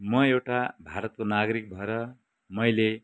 म एउटा भारतको नागरिक भएर मैले